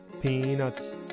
peanuts